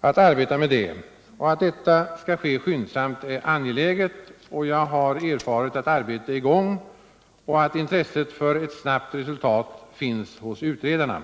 —att arbeta med detta. Att det sker skyndsamt är angeläget, och jag har erfarit att arbetet är i gång och att intresset för ett snabbt resultat finns hos utredarna.